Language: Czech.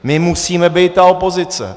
My musíme být ta opozice.